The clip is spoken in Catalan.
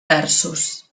versos